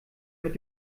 mit